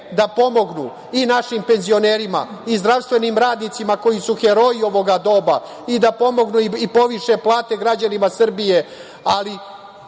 da pomognu i našim penzionerima i zdravstvenim radnicima koji su heroji ovog doba i da pomognu i poviše plate građanima Srbije,